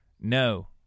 No